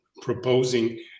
proposing